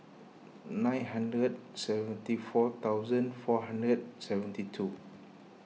nine hundred seventy four thousand four hundred seventy two